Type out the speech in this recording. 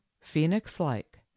phoenix-like